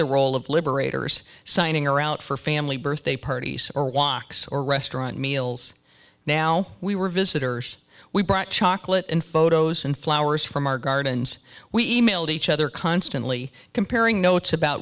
the role of liberators signing or out for family birthday parties or woks or restaurant meals now we were visitors we brought chocolate and photos and flowers from our gardens we emailed each other constantly comparing notes about